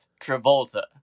Travolta